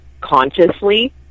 consciously